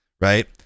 right